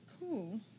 Cool